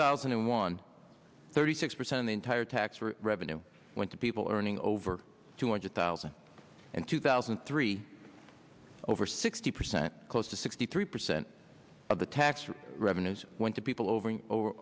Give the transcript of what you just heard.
thousand and one thirty six percent of the entire tax revenue went to people earning over two hundred thousand and two thousand thousand and three over sixty percent close to sixty three percent of the tax revenues went to people over and over